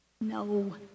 No